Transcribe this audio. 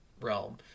realm